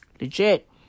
Legit